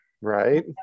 right